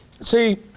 See